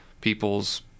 people's